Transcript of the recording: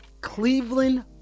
Cleveland